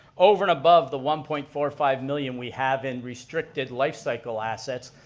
over and above the one point four five million we have in restricted life cycle assets,